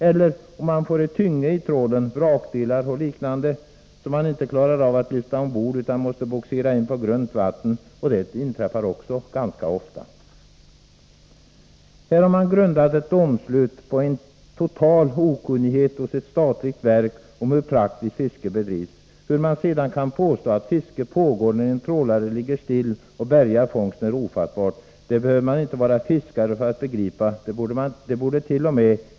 Hur gör man om man får tynge i trålen — vrakdelar och liknande — som man inte klarar av att lyfta ombord utan måste bogsera in på grunt vatten? Det inträffar också ibland. Här har man grundat ett domslut på en total okunnighet hos ett statligt verk om hur praktiskt fiske bedrivs. Hur man sedan kan påstå att fiske pågår när en trålare ligger still och bärgar fångsten är ofattbart. Det behöver man inte vara fiskare för att begripa. Det bordet.o.m.